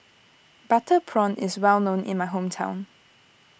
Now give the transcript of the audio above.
Butter Prawn is well known in my hometown